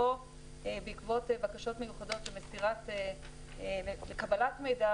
או בעקבות בקשות מיוחדות לקבלת מידע,